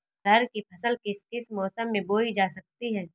अरहर की फसल किस किस मौसम में बोई जा सकती है?